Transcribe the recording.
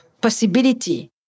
possibility